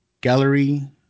gallery